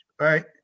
right